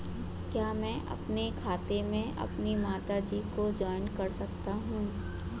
क्या मैं अपने खाते में अपनी माता जी को जॉइंट कर सकता हूँ?